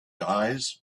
eyes